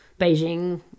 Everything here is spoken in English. Beijing